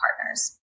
partners